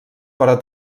però